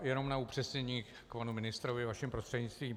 Jenom na upřesnění panu ministrovi vaším prostřednictvím.